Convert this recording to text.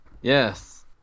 Yes